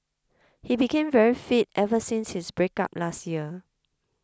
he became very fit ever since his breakup last year